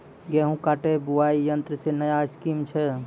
गेहूँ काटे बुलाई यंत्र से नया स्कीम छ?